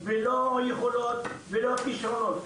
לא יכולות ולא כישרונות.